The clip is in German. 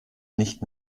nicht